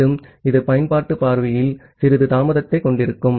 மீண்டும் இது பயன்பாட்டு பார்வையில் சிறிது தாமதத்தைக் கொண்டிருக்கும்